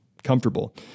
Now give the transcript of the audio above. comfortable